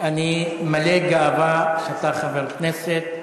אני מלא גאווה שאתה חבר כנסת,